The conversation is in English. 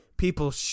People